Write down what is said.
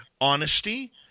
honesty